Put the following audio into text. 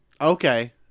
Okay